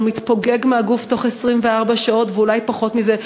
הוא מתפוגג מהגוף תוך 24 שעות ואולי פחות מזה.